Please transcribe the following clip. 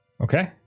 Okay